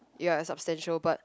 ya substantial but